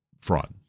fraud